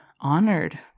honored